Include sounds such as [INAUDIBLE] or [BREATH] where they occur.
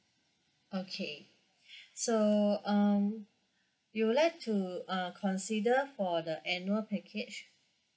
okay [BREATH] so um you would like uh to consider for the annual package